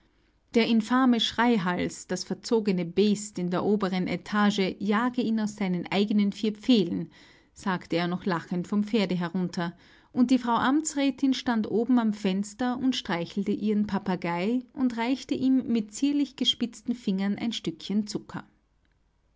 der infame schreihals das verzogene beest in der oberen etage jage ihn aus seinen eigenen vier pfählen sagte er noch lachend vom pferde herunter und die frau amtsrätin stand oben am fenster und streichelte ihren papagei und reichte ihm mit zierlich gespitzten fingern ein stückchen zucker